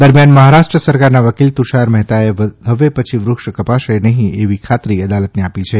દરમિયાન મહારાષ્ટ્ર સરકારના વકીલ તુષાર મહેતાએ હવે પછી વૃક્ષ કપાશે નહિ તેવી ખાતરી અદાલતને આપી છે